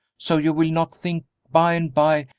so you will not think, by and by,